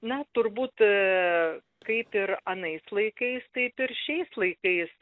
na turbūt kaip ir anais laikais taip ir šiais laikais